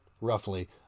roughly